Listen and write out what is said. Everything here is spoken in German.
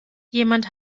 jemand